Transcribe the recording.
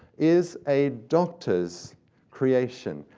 is a doctor's creation.